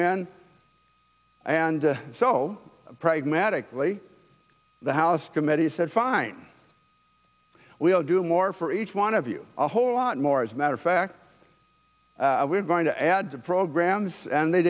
in and so pragmatically the house committee said fine we'll do more for each one of you a whole lot more as a matter of fact we're going to add to programs and they